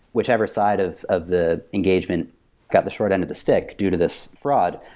whoever side of of the engagement got the short end of the stick due to this fraud,